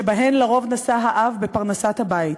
שבהן לרוב נשא האב בפרנסת הבית,